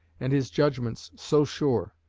and his judgments so sure,